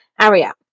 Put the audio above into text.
area